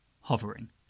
Hovering